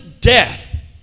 death